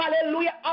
Hallelujah